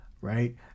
right